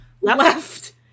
left